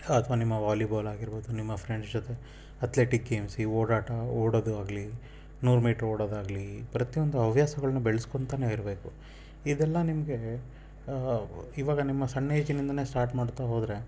ಅಥವಾ ನಿಮ್ಮ ವಾಲಿಬಾಲ್ ಆಗಿರ್ಬೋದು ನಿಮ್ಮ ಫ್ರೆಂಡ್ಸ್ ಜೊತೆ ಅತ್ಲೆಟಿಕ್ ಗೇಮ್ಸ್ ಈ ಓಡಾಟ ಓಡೋದು ಆಗಲಿ ನೂರು ಮೀಟ್ರು ಒಡೋದಾಗ್ಲಿ ಪ್ರತಿಯೊಂದು ಹವ್ಯಾಸಗಳ್ನು ಬೆಳೆಸ್ಕೊಂತನೇ ಇರಬೇಕು ಇದೆಲ್ಲ ನಿಮಗೆ ಇವಾಗ ನಿಮ್ಮ ಸಣ್ಣ ಏಜಿನಿಂದನೇ ಸ್ಟಾರ್ಟ್ ಮಾಡ್ತಾ ಹೋದರೆ